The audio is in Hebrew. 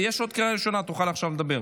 בעד, 14, אפס מתנגדים.